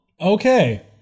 okay